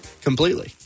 completely